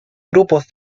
grupos